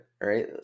right